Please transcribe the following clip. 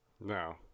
No